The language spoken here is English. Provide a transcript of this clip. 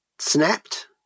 snapped